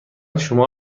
شما